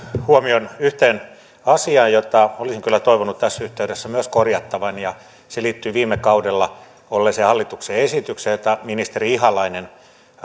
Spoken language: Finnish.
huomion yhteen asiaan jota olisin kyllä toivonut tässä yhteydessä myös korjattavan ja se liittyy viime kaudella olleeseen hallituksen esitykseen jota ministeri ihalainen